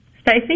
Stacey